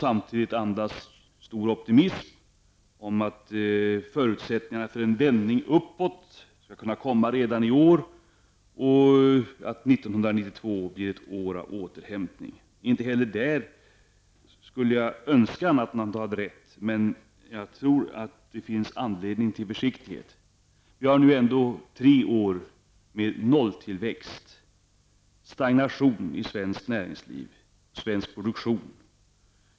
Samtidigt andas hon stor optimism om att förutsättningarna för en vändning skall komma redan i år, och att 1992 blir ett år av återhämtning. Inte heller i det avseendet skulle jag önska annat än att hon hade rätt. Men jag tror att det finns anledning till försiktighet. Vi har haft tre år med nolltillväxt -- stagnation -- i svensk produktion.